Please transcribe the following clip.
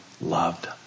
loved